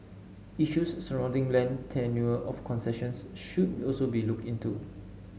issues surrounding land tenure of concessions should also be looked into